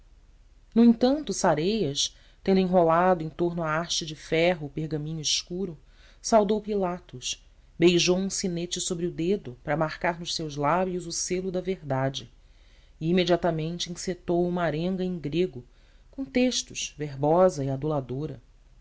no entanto sareias tendo enrolado em torno à haste de ferro o pergaminho escuro saudou pilatos beijou um sinete sobre o dedo para marcar nos seus lábios o selo da verdade e imediatamente encetou uma arenga em grego com textos verbosa e aduladora falava